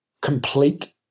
complete